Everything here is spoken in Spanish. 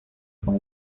con